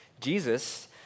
Jesus